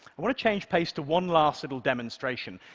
want to change pace to one last little demonstration,